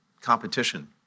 competition